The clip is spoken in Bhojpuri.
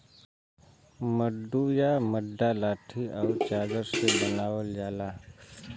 मड्डू या मड्डा लाठी आउर चादर से बनावल जाला